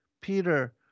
Peter